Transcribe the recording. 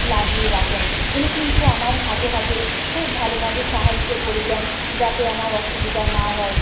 লাগিয়ে রাখেন উনি কিন্তু আমার হাতে হাতে খুব ভালোভাবে সাহায্য করে দেন যাতে আমার অসুবিধা না হয়